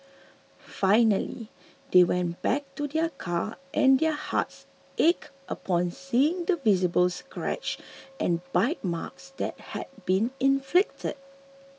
finally they went back to their car and their hearts ached upon seeing the visible scratches and bite marks that had been inflicted